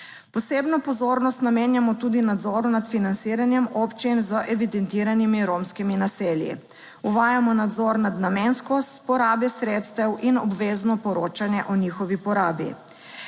Posebno pozornost namenjamo tudi nadzoru nad financiranjem občin z evidentiranimi romskimi naselji. Uvajamo nadzor nad namenskost porabe sredstev in obvezno poročanje o njihovi porabi.